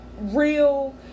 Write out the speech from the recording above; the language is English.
real